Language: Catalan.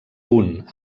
punt